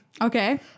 Okay